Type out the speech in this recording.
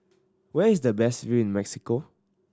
where is the best view in Mexico